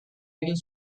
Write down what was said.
egin